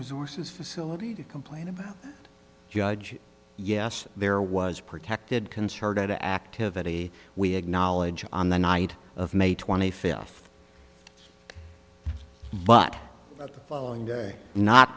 resources facility to complain about judge yes there was protected concerted activity we acknowledge on the night of may twenty fifth but not